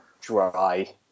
dry